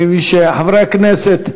חברי הכנסת,